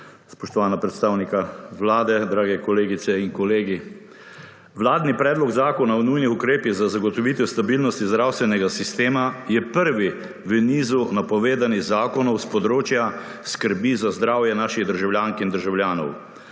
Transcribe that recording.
Spoštovana predstavnika vlade, drage kolegice in kolegi! Vladni Predlog zakona o nujnih ukrepih za zagotovitev stabilnosti zdravstvenega sistema je prvi v nizu napovedanih zakonov s področja skrbi za zdravje naših državljank in državljanov.